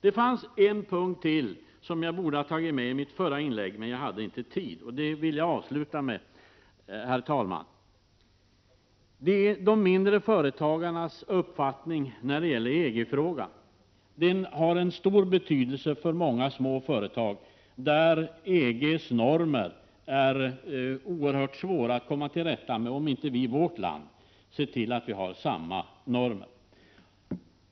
En punkt till borde jag ha tagit med i mitt förra inlägg, men jag hade inte tid till det. Det vill jag nu avsluta det här anförandet med. Det gäller de mindre företagarnas uppfattning i EG frågan. Den har stor betydelse för många små företag där EG:s normer är mycket svåra att komma till rätta med, om vi inte i vårt land ser till att ha samma normer.